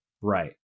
right